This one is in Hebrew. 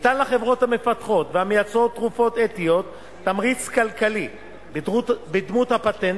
ניתן לחברות המפתחות ומייצרות תרופות אתיות תמריץ כלכלי בדמות הפטנט,